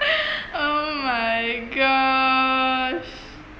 oh my gosh